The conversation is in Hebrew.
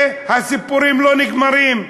והסיפורים לא נגמרים.